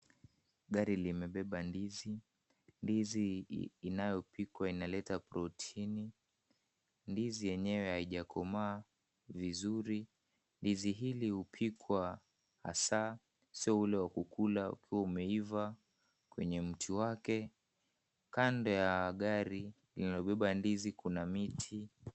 Gari limebeba ndizi. Ndizi inayopikwa inaleta protini. Ndizi yenyewe haijakomaa, vizuri. Ndizi hili hupikwa hasa sio ule wa kukula ukiwa umeiva kwenye mti wake. Kando ya gari inayobeba ndizi kuna miti.